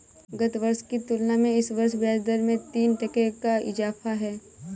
गत वर्ष की तुलना में इस वर्ष ब्याजदर में तीन टके का इजाफा है